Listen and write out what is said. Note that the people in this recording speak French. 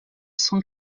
cent